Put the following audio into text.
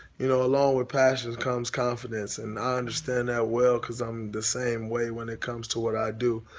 you know, along with passion comes confidence and i understand that well cause i'm the same way when it comes to what i do.